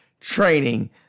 training